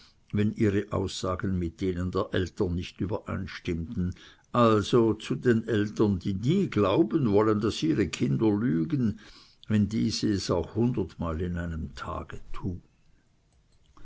wenn ihre aussagen mit denen der eltern nicht übereinstimmen also zu den eltern die nie glauben wollen daß ihre kinder lügen wenn diese es auch hundert mal in einem tage tun